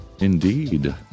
Indeed